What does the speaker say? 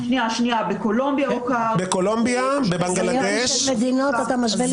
זאת אומרת,